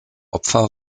opfer